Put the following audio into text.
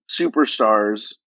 superstars